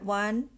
one